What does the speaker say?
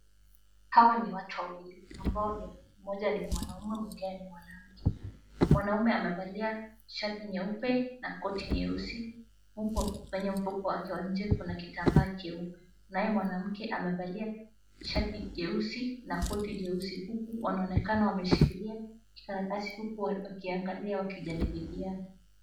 Hawa ni watu wawili ambao mmoja ni mwanamume mwingine ni mwanamke. Mwanamume amevalia shati nyeupe na koti nyeusi huku kwenye mfuko wake wa nje kuna kitambaa cheupe. Naye mwanamke amevalia shati jeusi na koti jeusi huku wanaonekana wameshikilia karatasi huku wakiangalia wakijadiliana.